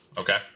okay